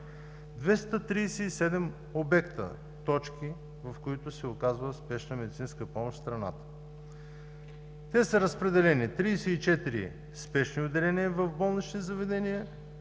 237 обекта, точки, в които се оказва спешна медицинска помощ в страната. Те са разпределени – 34 спешни отделения в болнични заведения,